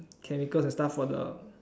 chemicals and stuff for the